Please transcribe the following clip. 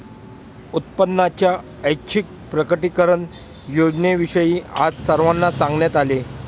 उत्पन्नाच्या ऐच्छिक प्रकटीकरण योजनेविषयी आज सर्वांना सांगण्यात आले